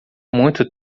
muito